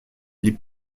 les